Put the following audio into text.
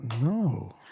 No